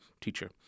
teacher